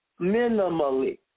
minimally